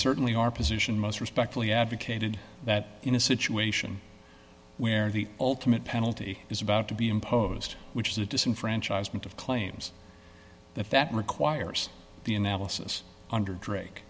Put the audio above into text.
certainly our position most respectfully advocated that in a situation where the ultimate penalty is about to be imposed which is the disenfranchisement of claims that that requires the analysis under drake